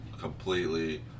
completely